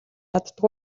чаддаг